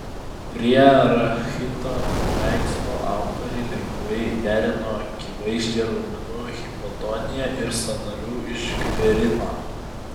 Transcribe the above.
prie rachito paveikslo autoriai lengvai derino akivaizdžią raumenų hipotoniją ir sąnarių išgverimą